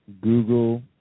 Google